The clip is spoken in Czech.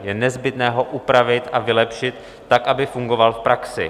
Je nezbytné ho upravit a vylepšit tak, aby fungoval v praxi.